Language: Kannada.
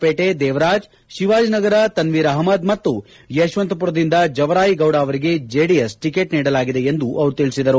ಪೇಟಿ ದೇವರಾಜ್ ಶಿವಾಜಿನಗರ ತನ್ನೀರ್ ಅಹ್ನದ್ ಮತ್ತು ಯಶವಂತಪುರದಿಂದ ಜವರಾಯಿಗೌಡ ಅವರಿಗೆ ಜೆಡಿಎಸ್ ಟಿಕೆಟ್ ನೀಡಲಾಗಿದೆ ಎಂದು ಅವರು ತಿಳಿಸಿದರು